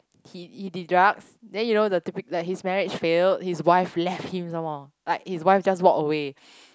he he did drugs then you know the typi~ like his marriage failed his wife left him some more like his wife just walk away